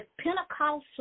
Pentecostal